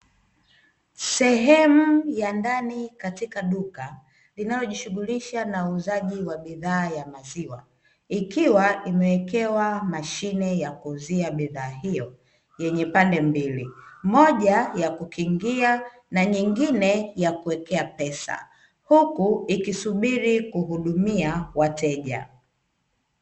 Sehemu ya ndani katika duka linalojishughulisha na uuzaji wa bidhaa ya maziwa. Ikiwa imewekewa mashine ya kuuzia bidhaa hiyo yenye pande mbili, moja ya kukingia na nyingine ya kuwekea pesa, huku ikisubiri kuhudumia wateja.